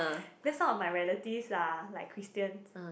then some of my relatives are like Christian